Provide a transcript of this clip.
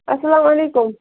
السلام علیکُم